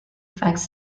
affects